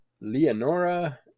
Leonora